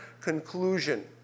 conclusion